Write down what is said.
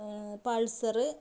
pulsar